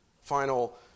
final